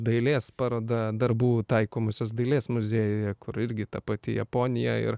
dailės paroda darbų taikomosios dailės muziejuje kur irgi ta pati japonija ir